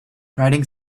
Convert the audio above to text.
writing